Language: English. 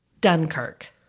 Dunkirk